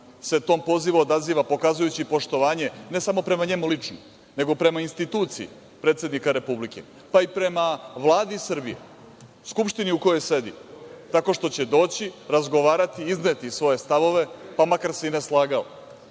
sa tim pozivom pokazujući poštovanje, ne samo prema njemu lično, nego prema instituciji predsednika Republike, pa i prema Vladi Srbije, Skupštini u kojoj sedi, tako što će doći razgovarati, izneti svoje stavove, pa makar se i ne slagao,